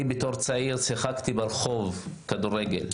אני בתור צעיר שיחקתי כדורגל ברחוב,